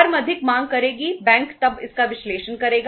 firm अधिक मांग करेगी बैंक तब इसका विश्लेषण करेगा